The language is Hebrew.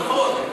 נכון.